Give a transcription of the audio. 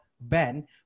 Ben